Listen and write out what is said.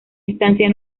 instancia